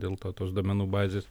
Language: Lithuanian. dėl to tos duomenų bazės